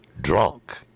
drunk